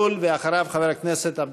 חבר הכנסת זוהיר בהלול,